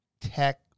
.tech